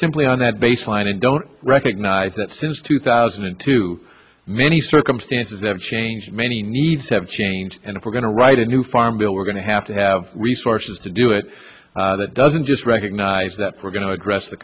simply on that baseline and don't recognise that since two thousand and two many circumstances have changed many needs have changed and if we're going to write a new farm bill we're going to have to have resources to do it that doesn't just recognise that we're going to address the